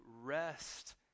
rest